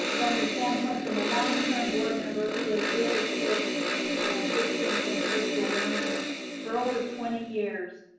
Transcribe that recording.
ah from the standpoint, from a long term board member who has really pushed distance and virtual learning for over twenty years,